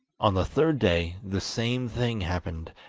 on the third day the same thing happened,